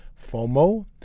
FOMO